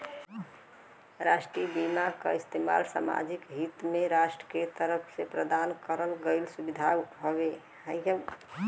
राष्ट्रीय बीमा क इस्तेमाल सामाजिक हित में राष्ट्र के तरफ से प्रदान करल गयल सुविधा हउवे